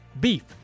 beef